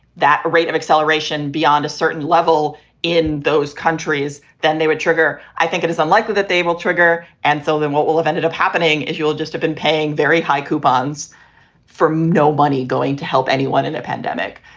that rate of acceleration beyond a certain level in those countries, then they would trigger. i think it is unlikely that they will trigger. and so then we'll all have ended up happening is you'll just have been paying very high coupons for no money going to help anyone in a pandemic.